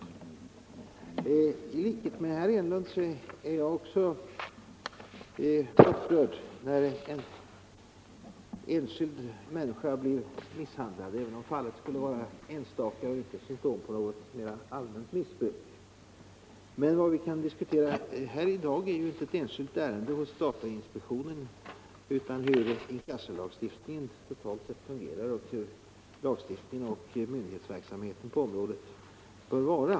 I likhet med herr Enlund är jag också upprörd när en enskild människa blir misshandlad, även om fallet skulle vara enstaka och inte symtom på något mera allmänt missbruk. Men vad vi kan diskutera här i dag är ju inte ett enskilt ärende hos datainspektionen utan hur inkassolagstiftningen totalt sett fungerar och hur lagstiftningen och myndighetsverksamheten på området bör vara.